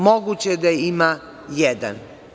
Moguće je da ima jedan.